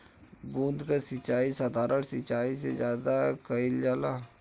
बूंद क सिचाई साधारण सिचाई से ज्यादा कईल जाला